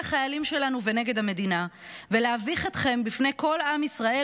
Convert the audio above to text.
החיילים שלנו ונגד המדינה ולהביך אתכם בפני כל עם ישראל,